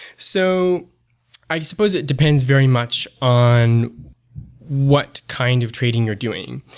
so i suppose it depends very much on what kind of trading you're doing.